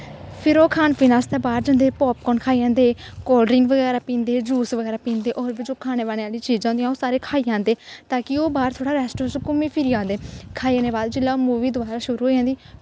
फिर ओह् खान पीन आस्तै बाह्र जंदे पॉपकोर्न खाई जंदे कोल्ड ड्रिंक बगैरा पींदे जूस बगैरा पीदें होर बी जो खाने वाने आह्ली चीज़ां होंदियां ओह् खाई औॆंदे तां कि ओह् बाह्र बूह्र रैस्ट रुस्ट घूमा फिरी औंदे खाई लैनै बाद मूवी जिसलै दोवारा शुरू होई जंदी